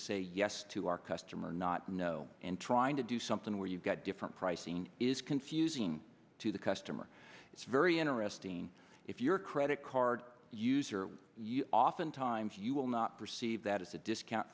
say yes to our customer not know and trying to do something where you've got different pricing is confusing to the customer it's very interesting if your credit card user often times you will not perceive that as a discount